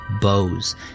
bows